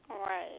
Right